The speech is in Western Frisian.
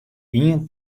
ien